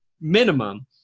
minimum